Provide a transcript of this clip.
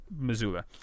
Missoula